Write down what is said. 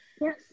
Yes